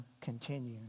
continue